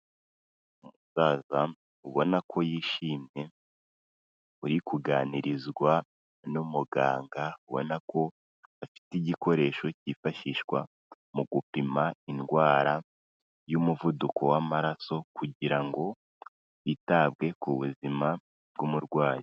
Umusaza ubona ko yishimye, uri kuganirizwa n'umuganga ubona ko afite igikoresho kifashishwa mu gupima indwara y'umuvuduko w'amaraso kugira ngo hitabwe ku buzima bw'umurwayi.